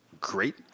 Great